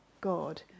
God